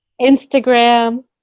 Instagram